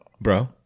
bro